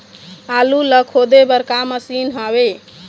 आलू ला खोदे बर का मशीन हावे?